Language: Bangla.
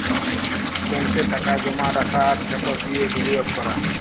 ব্যাংকে টাকা জমা রাখা আর সেট দিঁয়ে বিলিয়গ ক্যরা